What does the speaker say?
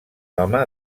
home